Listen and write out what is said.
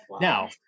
Now